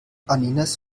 anninas